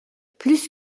plus